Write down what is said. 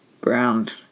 ground